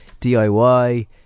DIY